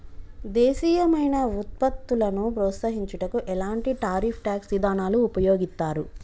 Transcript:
దేశీయమైన వృత్పత్తులను ప్రోత్సహించుటకు ఎలాంటి టారిఫ్ ట్యాక్స్ ఇదానాలు ఉపయోగిత్తారు